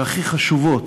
והכי חשובות,